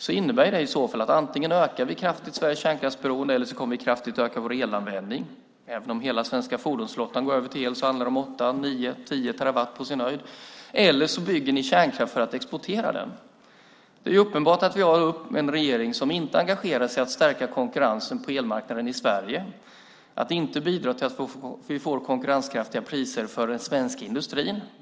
Det innebär i så fall att man antingen kraftigt ökar Sveriges kärnkraftsberoende eller kraftigt ökar vår elanvändning - även om hela den svenska fordonsflottan går över till el handlar det om 8, 9 eller 10 terawattimmar på sin höjd - eller också bygger man ut kärnkraften för att exportera den. Det är uppenbart att vi har en regering som inte engagerar sig för att stärka konkurrensen på elmarknaden i Sverige och som inte bidrar till att vi får konkurrenskraftiga priser för den svenska industrin.